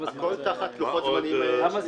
הכול תחת לוחות זמנים --- בכמה זמן?